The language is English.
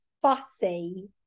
Fussy